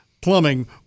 plumbing